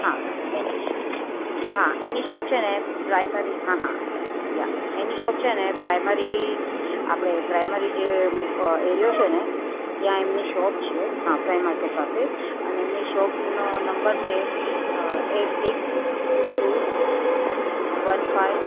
હા જ એની હા એની શોપ છે ને પ્રાઇમરી હાં હાં યા એની શોપ છે ને પ્રાઇમરી આપણે પ્રાઇમરી જે અરિયો છે ને ત્યાં એમની શોપ છે હા પ્રાઇમ માર્કેટ પાસે અને એમની શોપનો નંબર છે eight six two two one five